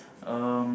um